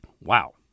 wow